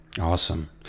Awesome